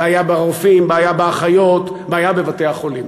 בעיה ברופאים, בעיה באחיות, בעיה בבתי-החולים.